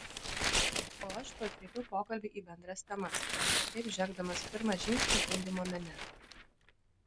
o aš tuoj kreipiau pokalbį į bendras temas taip žengdamas pirmą žingsnį gundymo mene